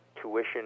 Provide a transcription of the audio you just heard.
tuition